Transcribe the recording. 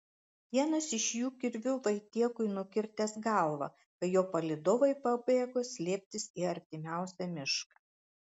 vienas iš jų kirviu vaitiekui nukirtęs galvą kai jo palydovai pabėgo slėptis į artimiausią mišką